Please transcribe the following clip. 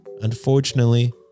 unfortunately